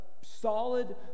solid